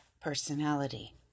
personality